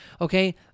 okay